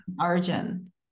Origin